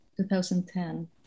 2010